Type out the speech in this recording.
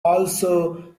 also